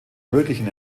möglichen